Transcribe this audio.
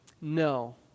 No